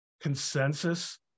consensus